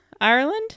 Ireland